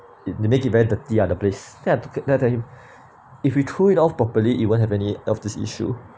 you know make it very dirty ah the place then I tell him if you throw it off properly it won't have any of this issue